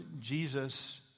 Jesus